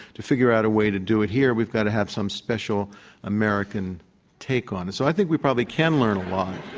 figure out a way to do it here. we've got to have some special american take on it. so i think we probably can learn